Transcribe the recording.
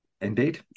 indeed